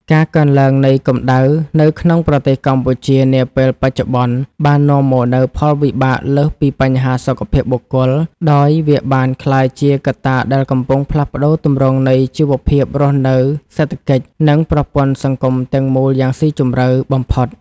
ការកើនឡើងនៃកម្ដៅនៅក្នុងប្រទេសកម្ពុជានាពេលបច្ចុប្បន្ន បាននាំមកនូវផលវិបាកលើសពីបញ្ហាសុខភាពបុគ្គល ដោយវាបានក្លាយជាកត្តាដែលកំពុងផ្លាស់ប្តូរទម្រង់នៃជីវភាពរស់នៅ សេដ្ឋកិច្ច និងប្រព័ន្ធសង្គមទាំងមូលយ៉ាងស៊ីជម្រៅបំផុត។